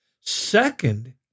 Second